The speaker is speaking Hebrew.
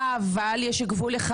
אבל יש גבול אחד.